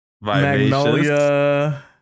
Magnolia